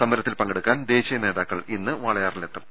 സമരത്തിൽ പങ്കെടു ക്കാൻ ദേശീയ നേതാക്കൾ ഇന്ന് വാളയാറിലെത്തും